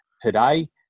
today